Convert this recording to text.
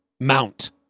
mount